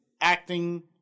acting